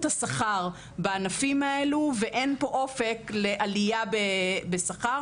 של השכר בענפים האלו ואין פה אופק לעלייה במספר.